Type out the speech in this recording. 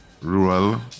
rural